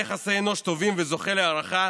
בעל יחסי אנוש טובים וזוכה להערכה